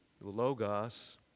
Logos